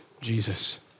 Jesus